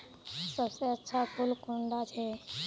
सबसे अच्छा फुल कुंडा छै?